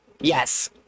Yes